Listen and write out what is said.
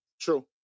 True